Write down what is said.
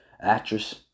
actress